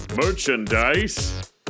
Merchandise